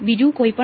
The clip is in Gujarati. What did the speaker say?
બીજું કોઇપણ